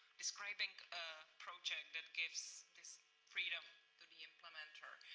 describing a project that gives this freedom to the implementer.